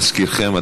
להזכירכם,